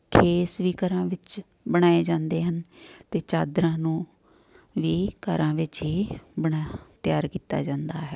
ਖੇਸ ਵੀ ਘਰਾਂ ਵਿੱਚ ਬਣਾਏ ਜਾਂਦੇ ਹਨ ਅਤੇ ਚਾਦਰਾਂ ਨੂੰ ਵੀ ਘਰਾਂ ਵਿੱਚ ਹੀ ਬਣਾ ਤਿਆਰ ਕੀਤਾ ਜਾਂਦਾ ਹੈ